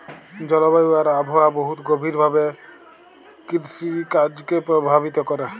জলবায়ু আর আবহাওয়া বহুত গভীর ভাবে কিরসিকাজকে পরভাবিত ক্যরে